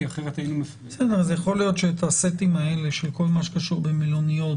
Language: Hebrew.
יכול להיות שאת הסטים האלה של כל מה שקשור במלוניות,